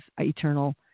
eternal